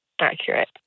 accurate